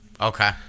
Okay